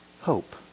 Hope